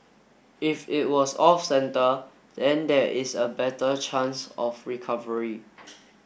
if it was off centre then there is a better chance of recovery